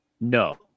No